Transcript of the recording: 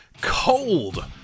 cold